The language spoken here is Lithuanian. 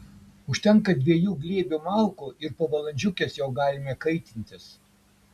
užtenka dviejų glėbių malkų ir po valandžiukės jau galime kaitintis